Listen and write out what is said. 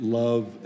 love